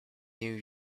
new